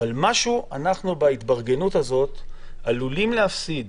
אבל בהתברגנות הזאת אנחנו עלולים להפסיד,